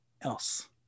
else